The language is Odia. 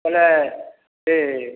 ମାନେ ଏ